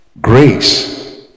grace